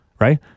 right